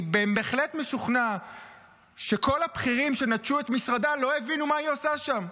אני בהחלט משוכנע שכל הבכירים שנטשו את משרדה לא הבינו מה היא עושה שם.